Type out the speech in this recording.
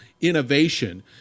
innovation